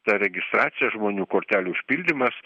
ta registracija žmonių kortelių užpildymas